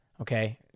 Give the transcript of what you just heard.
okay